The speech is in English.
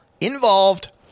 involved